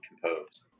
composed